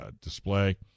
display